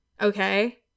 Okay